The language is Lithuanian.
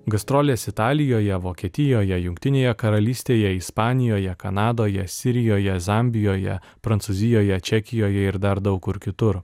gastrolės italijoje vokietijoje jungtinėje karalystėje ispanijoje kanadoje sirijoje zambijoje prancūzijoje čekijoje ir dar daug kur kitur